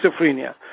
schizophrenia